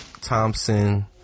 Thompson